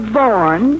born